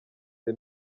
the